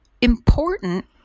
important